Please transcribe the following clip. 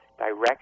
direction